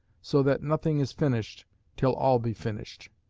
so that nothing is finished till all be finished.